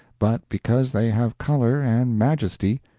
but because they have color and majesty,